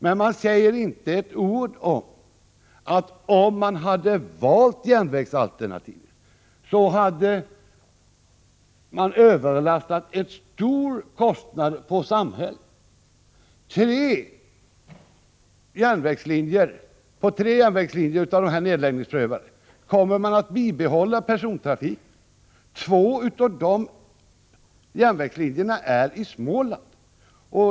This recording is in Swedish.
Men man säger inte ett ord om att ifall man hade valt järnvägsalternativet hade en stor kostnad överlastats på samhället. På tre järnvägslinjer av de nedläggninsprövade kommer persontrafiken att bibehållas. Två av de järnvägslinjerna finns i Småland.